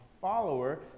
follower